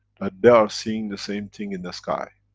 that they are seeing the same thing in the sky.